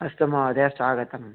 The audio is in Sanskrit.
अस्तु महोदय स्वागतं